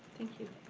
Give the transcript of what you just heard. thank you.